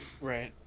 Right